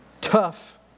tough